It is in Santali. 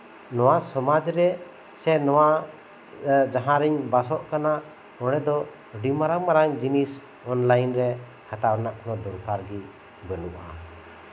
ᱱᱚᱣᱟ ᱥᱚᱢᱟᱡᱨᱮ ᱥᱮ ᱱᱚᱣᱟ ᱡᱟᱸᱦᱟ ᱨᱤᱧ ᱵᱟᱥᱚᱜ ᱠᱟᱱᱟ ᱚᱱᱰᱮ ᱫᱚ ᱟᱹᱰᱤ ᱢᱟᱨᱟᱝ ᱡᱤᱱᱤᱥ ᱚᱱᱞᱟᱭᱤᱱᱨᱮ ᱦᱟᱛᱟᱣ ᱨᱮᱱᱟᱜ ᱫᱚᱠᱟᱨᱜᱮ ᱵᱟᱹᱱᱩᱜᱼᱟ